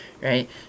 Right